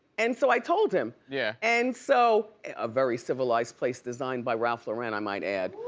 and so i told him. yeah and so, a very civilized place, designed by ralph lauren, i might add.